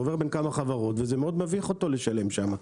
הוא עובר בכמה חברות וזה מאוד מביך אותו לשלם שמה,